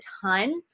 ton